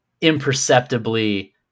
imperceptibly